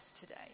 today